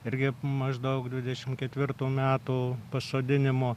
irgi maždaug dvidešim ketvirtų metų pasodinimo